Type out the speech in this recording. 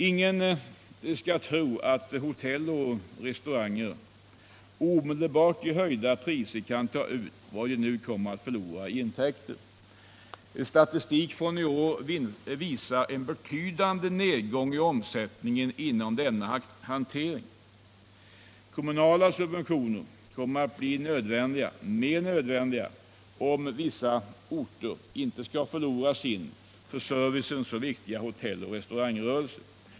Ingen skall tro att hotell och restauranger omedelbart i höjda priser kan ta ut vad de nu kommer att förlora i intäkter. Statistik från i år visar en betydande nedgång i omsättningen inom denna hantering. Kommunala subventioner kommer att bli än mer nödvändiga om vissa orter inte skall förlora sin för servicen så viktiga hotelloch restaurangrörelse.